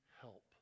help